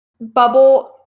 bubble